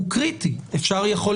זאת אומרת כרגע,